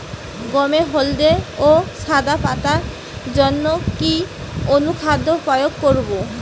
গমের হলদে ও সাদা পাতার জন্য কি অনুখাদ্য প্রয়োগ করব?